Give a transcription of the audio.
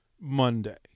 Monday